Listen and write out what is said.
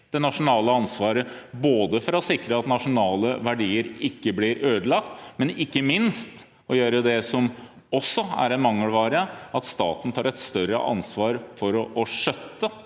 det nasjonale ansvaret for å sikre at nasjonale verdier ikke blir ødelagt – ikke minst gjøre det som nå også er mangelfullt, at staten tar et større ansvar for å skjøtte